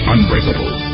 Unbreakable